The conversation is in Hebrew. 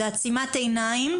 זו עצימת עיניים,